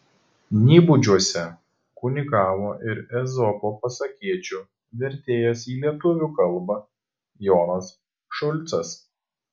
nybudžiuose kunigavo ir ezopo pasakėčių vertėjas į lietuvių kalbą jonas šulcas